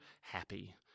happy